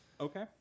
Okay